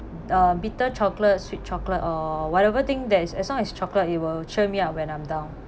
um bitter chocolate sweet chocolate or whatever thing that is as long as chocolate it will cheer me up when I'm down